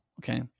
Okay